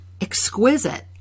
exquisite